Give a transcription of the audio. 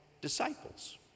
disciples